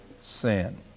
sin